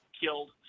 killed